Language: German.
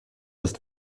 ist